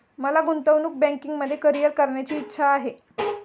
मला गुंतवणूक बँकिंगमध्ये करीअर करण्याची इच्छा आहे